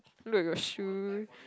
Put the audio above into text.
look at your shoe